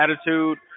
attitude